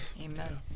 Amen